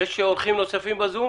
בצורה